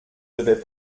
devait